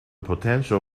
potential